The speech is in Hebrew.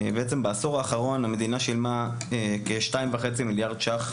בעצם בעשור האחרון המדינה שילמה כ-2.5 מיליארד שקלים